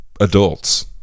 adults